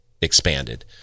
expanded